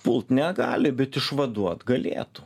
pult negali bet išvaduot galėtų